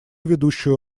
ведущую